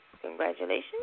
congratulations